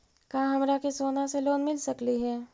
का हमरा के सोना से लोन मिल सकली हे?